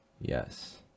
Yes